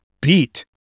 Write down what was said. beat